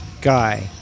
guy